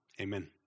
Amen